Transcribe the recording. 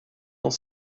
dans